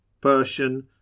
Persian